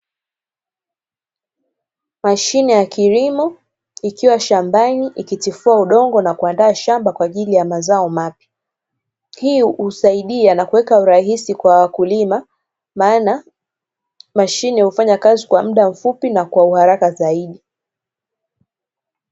Mashine ya kilimo, ikiwa shambani ikitifua udongo na kuandaa shamba kwa ajili ya mazao mapya. Hii husaidia na kuweka urahisi kwa wakulima, maana mashine hufanya kazi kwa muda mfupi na kwa uharaka zaidi.